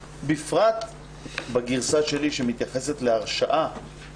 בפרט בגרסה שלי שמתייחסת להרשעה,